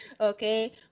Okay